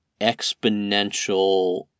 exponential